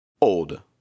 old